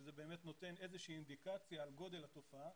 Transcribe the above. שזה באמת נותן איזושהי אינדיקציה על גודל התופעה,